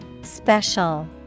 Special